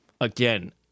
again